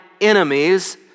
enemies